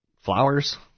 flowers